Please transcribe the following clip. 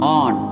on